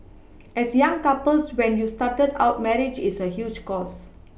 as young couples when you started out marriage is a huge cost